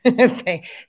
Okay